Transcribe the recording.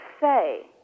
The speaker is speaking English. say